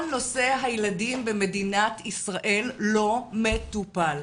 כל נושא הילדים במדינת ישראל לא מטופל.